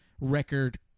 record